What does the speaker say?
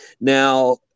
Now